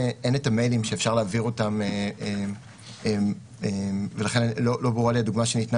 אין את המיילים שאפשר להעביר אותם ולכן לא ברורה לי הדוגמה שניתנה